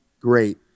Great